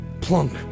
plunk